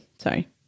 sorry